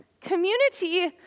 Community